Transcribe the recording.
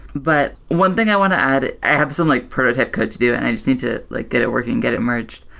but one thing i want to add, i have something like prototype code to do and i just need to like get it working, get it merged,